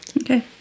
okay